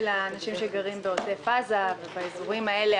האנשים שגרים בעוטף עזה ובאזורים האלה,